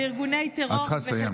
בארגוני טרור,